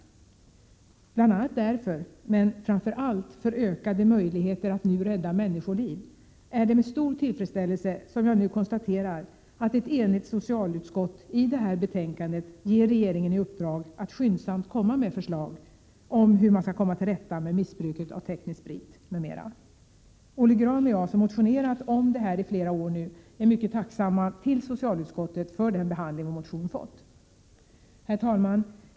Bl. a. därför — men framför allt för ökade möjligheter att nu rädda människoliv — är det med stor tillfredsställelse som jag nu konstaterar att ett enigt socialutskott i det här betänkandet föreslår att regeringen ges i uppdrag att skyndsamt komma med förslag om hur man skall komma till rätta med missbruket av teknisk sprit m.m. Olle Grahn och jag, som motionerat om det i flera år nu, är mycket tacksamma mot socialutskottet för den behandling vår motion fått. Herr talman!